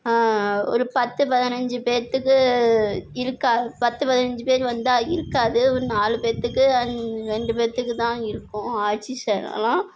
ஒரு பத்து பதினஞ்சு பேத்துக்கு இருக்கா பத்து பதினஞ்சு பேர் வந்தால் இருக்காது ஒரு நாலு பேத்துக்கு ரெண்டு பேத்துக்குதான் இருக்கும் ஆக்சிஜனல்லாம்